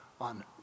on